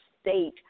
state